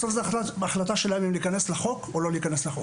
בסוף זו החלטה שלהם אם להיכנס לחוק או לא להיכנס לחוק.